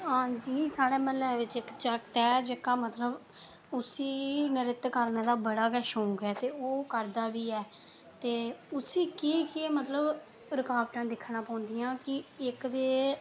हां जी साढ़े म्हल्ले बिच इक जागत ऐ जेह्का मतलब उसी नृत्य करने दा बड़ा गै शौक ऐ ते ओह् करदा बी ऐ ते उसी की के मतलब रुकावटां दिक्खना पौंदियां कि इक ते